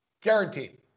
Guaranteed